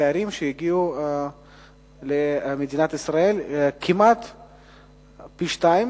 תיירים שהגיעו למדינת ישראל, כמעט פי-שניים,